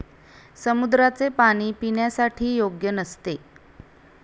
समुद्राचे पाणी पिण्यासाठी योग्य नसते